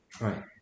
Right